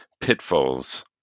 pitfalls